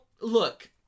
look